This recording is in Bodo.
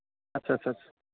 आच्चा आच्चा